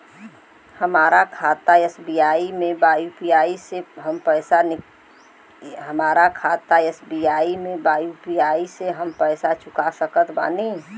हमारा खाता एस.बी.आई में बा यू.पी.आई से हम पैसा चुका सकत बानी?